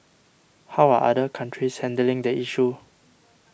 how are other countries handling the issue